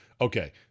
Okay